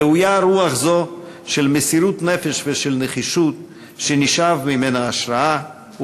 ראויה רוח זו של מסירות נפש ושל נחישות שנשאב ממנה השׁראה,